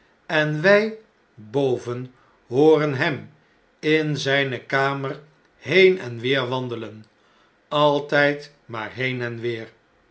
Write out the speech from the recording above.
en wij boven hooren hem in zijne kamer heen en weer wandelen altjjd maar heen en weer